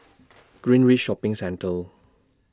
Greenridge Shopping Centre